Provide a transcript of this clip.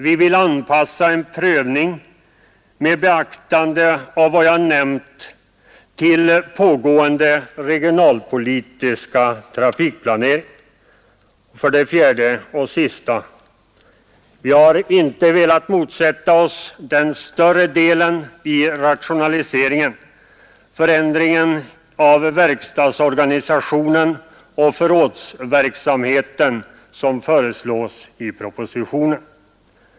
Vi vill anpassa en prövning med beaktande av vad jag nämnt till pågående regionalpolitiska trafikplanering. 4. Vi har inte velat motsätta oss den större delen i rationaliseringen, förändringen av verkstadsorganisationen och förrådsverksamheten som föreslås i propositionen.